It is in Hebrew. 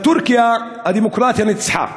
בטורקיה הדמוקרטיה ניצחה,